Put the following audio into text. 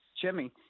Jimmy